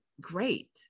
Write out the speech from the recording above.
great